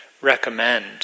recommend